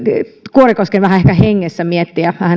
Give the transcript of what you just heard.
kuorikosken hengessä vähän miettiä